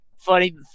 Funny